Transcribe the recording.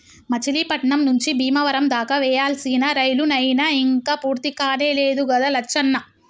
మచిలీపట్నం నుంచి బీమవరం దాకా వేయాల్సిన రైలు నైన ఇంక పూర్తికానే లేదు గదా లచ్చన్న